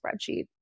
spreadsheet